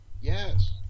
Yes